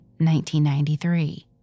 1993